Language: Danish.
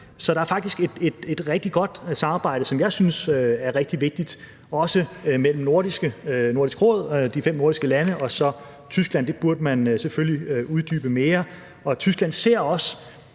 Så der er faktisk et rigtig godt samarbejde, som jeg synes er rigtig vigtigt også i Nordisk Råd, mellem de fem nordiske lande og så Tyskland. Det burde man selvfølgelig uddybe mere. Og Tyskland ser os,